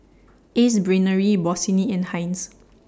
Ace Brainery Bossini and Heinz